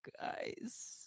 Guys